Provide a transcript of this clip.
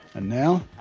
and now,